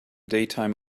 daytime